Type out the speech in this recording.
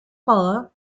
polo